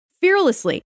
fearlessly